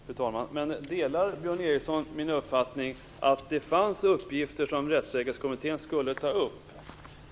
Fru talman! Men delar Björn Ericson min uppfattning att det fanns uppgifter som Rättssäkerhetskommittén skulle ta upp?